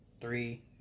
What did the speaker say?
three